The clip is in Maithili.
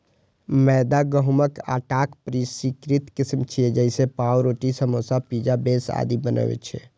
मैदा गहूंमक आटाक परिष्कृत किस्म छियै, जइसे पावरोटी, समोसा, पिज्जा बेस आदि बनै छै